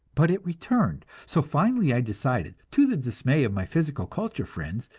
but it returned, so finally i decided, to the dismay of my physical culture friends,